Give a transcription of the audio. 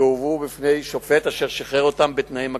והובאו בפני שופט, אשר שחרר אותם בתנאים מגבילים.